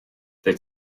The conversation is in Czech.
teď